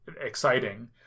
exciting